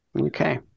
Okay